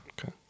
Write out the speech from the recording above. Okay